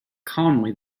calmly